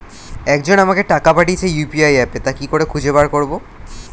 একজন আমাকে টাকা পাঠিয়েছে ইউ.পি.আই অ্যাপে তা কি করে খুঁজে বার করব?